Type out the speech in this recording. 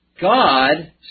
God